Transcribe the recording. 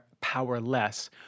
powerless